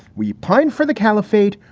we pine for the caliphate.